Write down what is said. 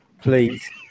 Please